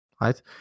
right